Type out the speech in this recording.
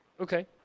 Okay